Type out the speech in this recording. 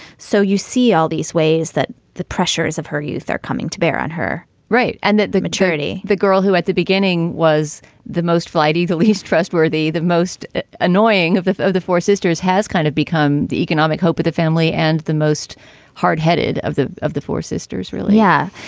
so you see all these ways that the pressures of her youth are coming to bear on her right. and that the maturity the girl who at the beginning was the most flighty, the least trustworthy, the most annoying of the of the four sisters has kind of become the economic hope of the family and the most hard headed of of the four sisters really? yeah.